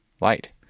light